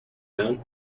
down